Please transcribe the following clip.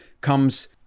comes